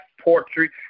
poetry